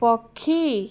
ପକ୍ଷୀ